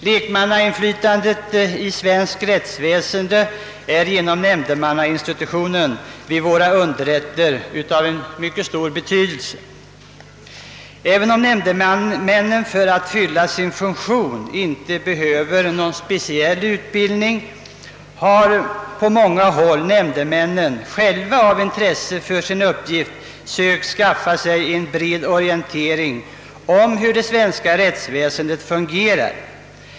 Lekmannainflytandet i svenskt rättsväsende är genom nämndemannainstitutionen vid våra underrätter av mycket stor betydelse. Även om nämndemännen för att fylla sin funktion inte behöver någon specialutbildning, har på många håll nämndemännen själva av intresse för sin uppgift sökt skaffa sig en bred orientering om hur det svenska rättsväsendet fungerar.